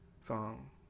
song